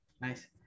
nice